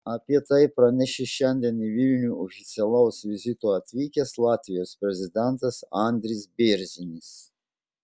apie tai pranešė šiandien į vilnių oficialaus vizito atvykęs latvijos prezidentas andris bėrzinis